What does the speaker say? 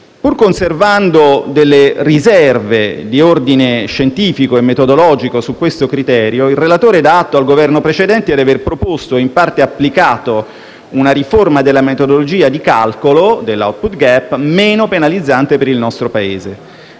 Pur conservando delle riserve di ordine scientifico su questo criterio, il relatore dà atto al Governo di aver proposto ed in parte applicato una riforma della metodologia di calcolo dell'*output gap* meno penalizzante per il nostro Paese.